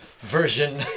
version